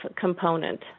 component